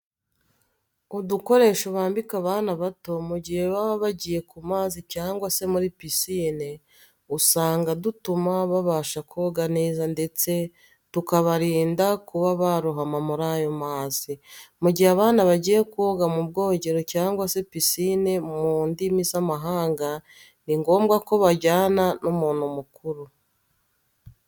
Udukoresho bambika abana bato mu gihe baba bagiye ku mazi cyangwa se muri pisine usanga dutuma babasha koga neza ndetse tukabarinda kuba barohama muri ayo mazi. Mu gihe abana bagiye koga mu bwogero cyangwa se pisine mu ndimi z'amahanga, ni ngombwa ko bajyana n'umuntu mukuru.